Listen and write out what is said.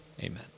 Amen